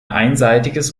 einseitiges